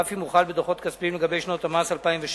אף אם הוא חל בדוחות כספיים לגבי שנות המס 2007,